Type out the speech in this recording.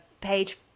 page